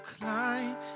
climb